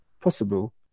possible